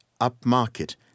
upmarket